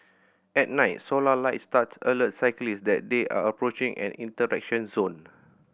at night solar light studs alert cyclists that they are approaching an interaction zone